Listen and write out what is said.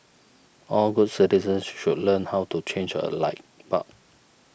all good citizens should learn how to change a light bulb